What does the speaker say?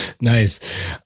Nice